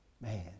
Man